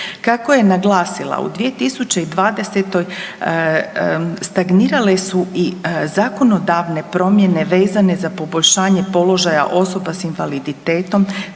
Kako je naglasila u 2020. stagnirale su i zakonodavne promjene vezane za poboljšanje položaja osoba s invaliditetom